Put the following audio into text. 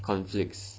conflicts